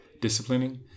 disciplining